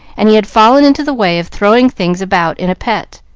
and he had fallen into the way of throwing things about in a pet.